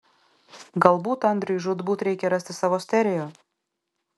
galbūt andriui žūtbūt reikia rasti savo stereo